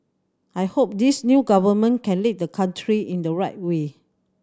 I hope this new government can lead the country in the right way